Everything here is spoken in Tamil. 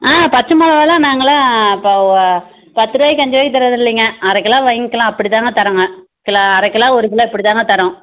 ஆ பச்சை மிளவாலாம் நாங்களாம் இப்போ ஓ பத்துரூவாக்கி அஞ்சுருவாக்கி தரறதில்லீங்க அரை கிலோ வாங்கிக்கலாம் அப்படி தாங்க தரோங்க கிலோ அரை கிலோ ஒரு கிலோ இப்படி தாங்க தரோம்